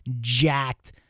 jacked